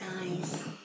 guys